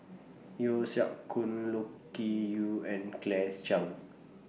Yeo Siak Goon Loke Key Yew and Claire Chiang